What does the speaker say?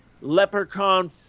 Leprechaun